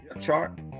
chart